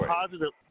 positive